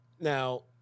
Now